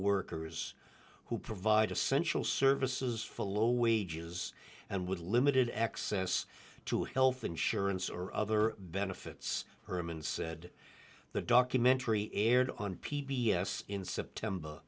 workers who provide essential services for low wages and with limited access to health insurance or other benefits herman said the documentary aired on p b s in september